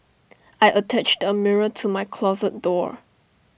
I attached A mirror to my closet door